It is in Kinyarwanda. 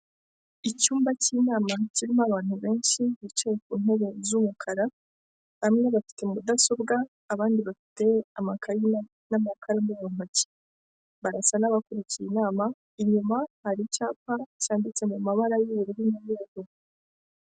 Icyumba cy'inama kirimo abantu benshi bicaye ku ntebe z'umukara bamwe bafite mudasobwa abandi bafite amayi n'amakaramu mu ntoki barasa n'abakurikiye inama, inyuma hari icyapa cyanditse mu mabara y'ubururu n'umweru.